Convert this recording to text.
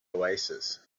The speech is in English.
oasis